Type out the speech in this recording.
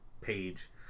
page